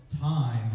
time